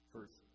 First